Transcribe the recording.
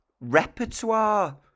repertoire